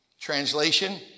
Translation